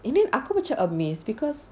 and then aku macam amazed because